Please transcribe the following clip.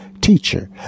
teacher